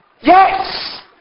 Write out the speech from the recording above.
Yes